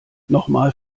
nochmal